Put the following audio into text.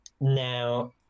now